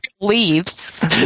leaves